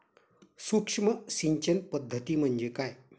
सूक्ष्म सिंचन पद्धती म्हणजे काय?